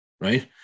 right